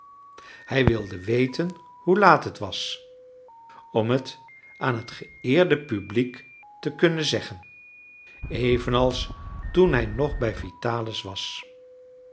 hij wilde weten hoe laat het was om het aan het geëerde publiek te kunnen zeggen evenals toen hij nog bij vitalis was